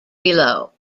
below